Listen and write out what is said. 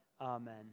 Amen